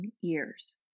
years